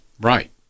Right